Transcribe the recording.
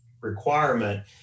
requirement